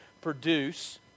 produce